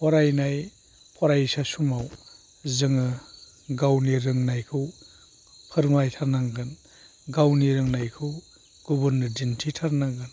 फरायनाय फरायसा समाव जोङो गावनि रोंनायखौ फोरमायथारनांगोन गावनि रोंनायखौ गुबुननो दिन्थिथारनांगोन